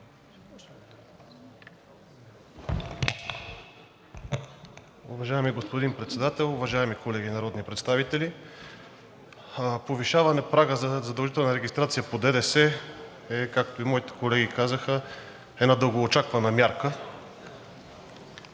Уважаеми господин Председател, уважаеми колеги народни представители! Повишаване прага за задължителна регистрация по ДДС е, както и моите колеги казаха, една дългоочаквана мярка